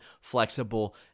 flexible